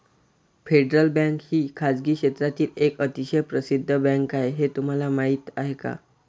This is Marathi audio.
फेडरल बँक ही खासगी क्षेत्रातील एक अतिशय प्रसिद्ध बँक आहे हे तुम्हाला माहीत आहे का?